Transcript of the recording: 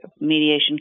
mediation